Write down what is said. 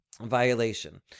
violation